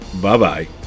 Bye-bye